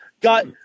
got